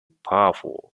powerful